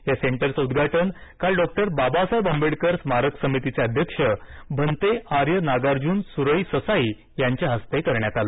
या सेंटरचं उद्वाटन काल डॉक्टर बाबासाहेब आंबेडकर स्मारक समितीचे अध्यक्ष भंते आर्य नागार्जुन सुरई ससाई यांच्या हस्ते करण्यात आलं